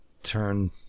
Turn